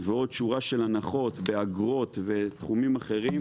ועוד שורה של הנחות באגרות ותחומים אחרים,